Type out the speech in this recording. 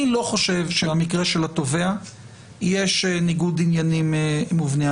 אני לא חושב שלמקרה של התובע יש ניגוד עניינים מובנה.